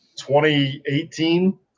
2018